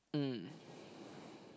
um